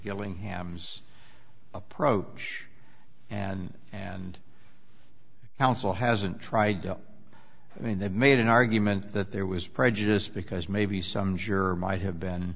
gillingham approach and and counsel hasn't tried to mean that made an argument that there was prejudice because maybe some juror might have been